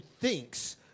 thinks